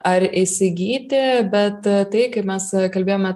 ar įsigyti bet tai kaip mes kalbėjome